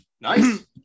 nice